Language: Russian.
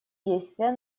действия